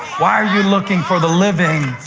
why are you looking for the living?